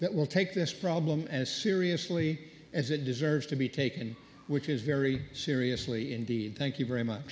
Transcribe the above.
that will take this problem as seriously as it deserves to be taken which is very seriously indeed thank you very much